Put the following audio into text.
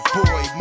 boy